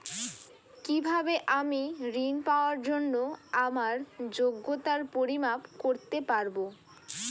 কিভাবে আমি ঋন পাওয়ার জন্য আমার যোগ্যতার পরিমাপ করতে পারব?